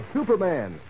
Superman